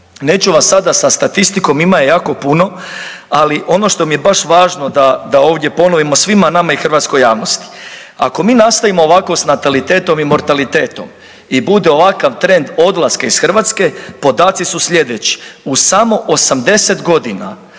Neću vas sada sa statistikom, ima je jako puno, ali ono što mi je baš važno da, da ovdje ponovimo svima nama i hrvatskoj javnosti. Ako mi nastavimo ovako s natalitetom i mortalitetom i bude ovakav trend odlaska iz Hrvatske podaci su slijedeći, u samo 80.g.